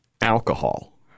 alcohol